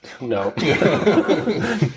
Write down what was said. No